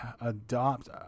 adopt